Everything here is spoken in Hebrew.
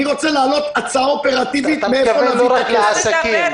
אני רוצה להעלות הצעה אופרטיבית מאיפה להביא את הכסף.